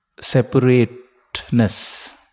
separateness